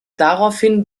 daraufhin